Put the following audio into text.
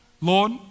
Lord